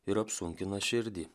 ir apsunkina širdį